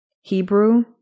Hebrew